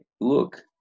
look